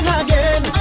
again